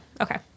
okay